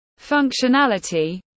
functionality